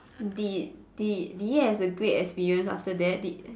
did did did he has a great experience after that did